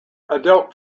adult